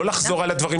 לא לחזור על מה שאמרת.